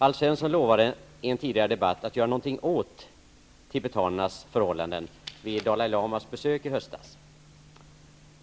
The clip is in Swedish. Alf Svensson lovade i en tidigare debatt att göra något åt tibetanernas förhållanden i samband med Dalai lamas besök i höstas.